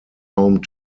home